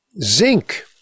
zinc